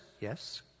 Yes